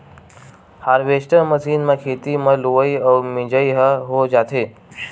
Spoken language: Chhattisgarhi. हारवेस्टर मषीन म खेते म लुवई अउ मिजई ह हो जाथे